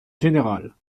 générale